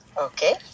Okay